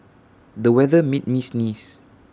the weather made me sneeze